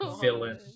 Villain